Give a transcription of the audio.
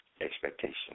Expectation